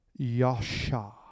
Yasha